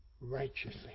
righteously